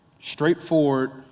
straightforward